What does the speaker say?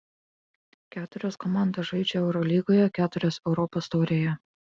keturios komandos žaidžia eurolygoje keturios europos taurėje